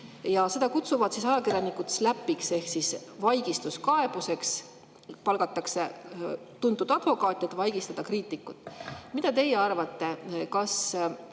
Seda kutsuvad ajakirjanikud SLAPP-iks ehk vaigistuskaebuseks: palgatakse tuntud advokaat, et vaigistada kriitikut. Mida teie arvate, kas